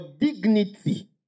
dignity